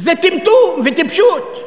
זה טמטום וטיפשות.